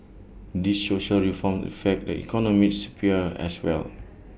these social reforms affect the economic sphere as well